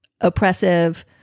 oppressive